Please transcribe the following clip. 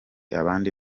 abandi